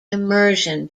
immersion